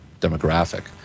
demographic